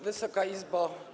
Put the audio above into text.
Wysoka Izbo!